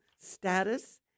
status